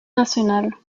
national